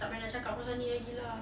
tak payah nak cakap pasal ni lagi lah